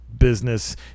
business